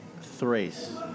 Thrace